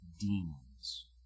demons